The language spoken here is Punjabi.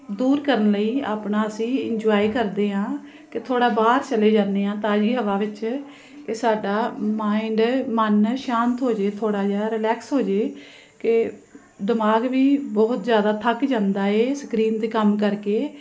ਦੂਰ ਕਰਨ ਲਈ ਆਪਣਾ ਅਸੀਂ ਇੰਜੋਏ ਕਰਦੇ ਹਾਂ ਕਿ ਥੋੜ੍ਹਾ ਬਾਹਰ ਚੱਲੇ ਜਾਂਦੇ ਹਾਂ ਤਾਜ਼ੀ ਹਵਾ ਵਿੱਚ ਕਿ ਸਾਡਾ ਮਾਇੰਡ ਮਨ ਸ਼ਾਂਤ ਹੋ ਜਾਵੇ ਥੋੜ੍ਹਾ ਜਿਹਾ ਰਿਲੈਕਸ ਹੋ ਜਾਵੇ ਕਿ ਦਿਮਾਗ ਵੀ ਬਹੁਤ ਜ਼ਿਆਦਾ ਥੱਕ ਜਾਂਦਾ ਹੈ ਸਕਰੀਨ 'ਤੇ ਕੰਮ ਕਰਕੇ